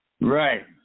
Right